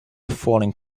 falling